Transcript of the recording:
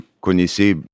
connaissais